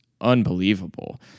unbelievable